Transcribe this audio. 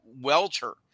welter